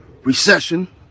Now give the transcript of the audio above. recession